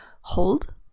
hold